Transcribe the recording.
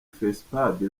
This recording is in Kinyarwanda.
fesipadi